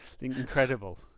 Incredible